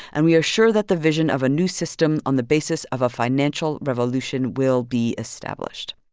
and we are sure that the vision of a new system on the basis of a financial revolution will be established.